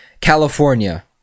California